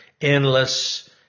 endless